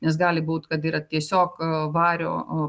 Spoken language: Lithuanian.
nes gali būt kad yra tiesiog vario